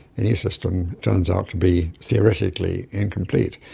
any system turns out to be theoretically incomplete.